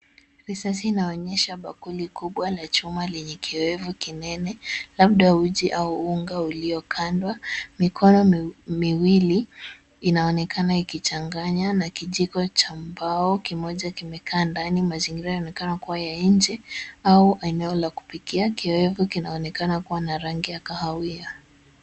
Risasi inaonyesha bakuli kubwa la chuma lenye kioevu kinene labda uji au unga uliokandwa. Mikono miwili inaonekana ikichanganya na kijiko cha mbao kimoja kimekaa ndani. Mazingira yanaonekana kuwa ya nje au eneo la kupikia. Kioevu kinaonekana kuwa ya rangiya kahawia.